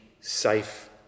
safe